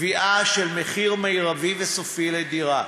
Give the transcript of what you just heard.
קביעה של מחיר מרבי וסופי לדירה.